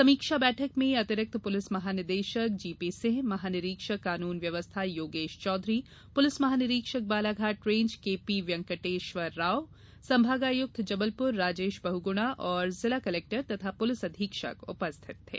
समीक्षा बैठक में अतिरिक्त पुलिस महानिदेशक जी पी सिंह महानिरीक्षक कानून व्यवस्था योगेश चौधरी पुलिस महानिरीक्षक Balaghat range K P Venkateshwar Rao संभागायुक्त जबलपुर राजेश बहुगुणा और जिला कलेक्टर तथा पुलिस अधीक्षक उपस्थित थे